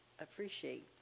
appreciate